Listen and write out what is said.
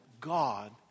God